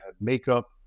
makeup